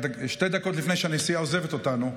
שתי דקות לפני שהנשיאה עוזבת אותנו,